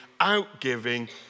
outgiving